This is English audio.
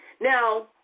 Now